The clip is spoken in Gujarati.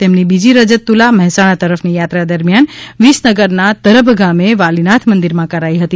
તેમની બીજી રજત તુલા મહેસાણા તરફની યાત્રા દરમ્યાન વિસનગરના તરભ ગામે વાલીનાથ મંદિરમાં કરાઈ હતી